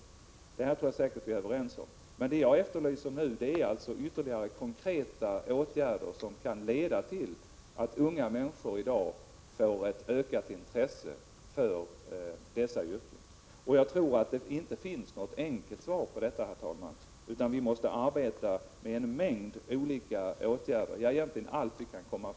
Detta är vi nog överens om, men vad jag efterlyser nu är ytterligare konkreta åtgärder som kan leda till att unga människor i dag får ett ökat intresse för dessa yrken. Jag tror inte, herr talman, att det finns någon enkel lösning på de här problemen, utan jag tror att vi måste arbeta med en mängd olika åtgärder, ja, — Prot. 1986/87:111 egentligen med allt vad vi kan komma på.